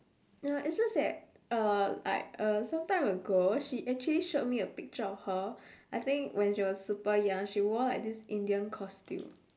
no it's just that uh like uh sometime ago she actually showed me a picture of her I think when she was super young she wore like this indian costume